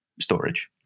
storage